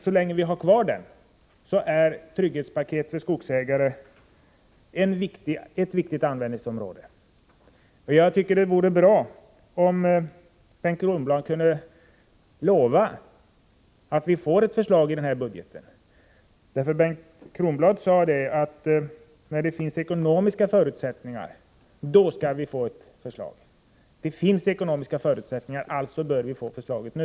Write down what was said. Så länge vi har den kvar är trygghetspaketet för skogsägarna ett viktigt användningsområde. Jag tycker att det vore bra om Bengt Kronblad kunde lova att vi får ett förslag vid höstens budgetarbete. Bengt Kronblad sade att vi skall få ett förslag, när det finns ekonomiska Ett trygghetspaket förutsättningar. Det finns ekonomiska förutsättningar, alltså bör vi få förslaget nu.